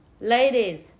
Ladies